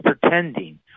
pretending